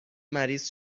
مریض